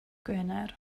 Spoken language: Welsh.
gwener